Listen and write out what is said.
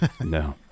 No